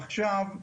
עכשיו,